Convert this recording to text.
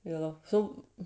ya lor so